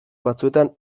batzuetan